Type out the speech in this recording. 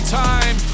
time